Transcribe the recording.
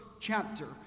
chapter